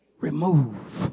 remove